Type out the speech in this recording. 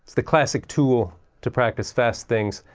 the classic tool to practice fast things.